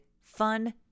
fun